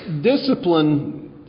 Discipline